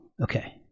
Okay